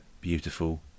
beautiful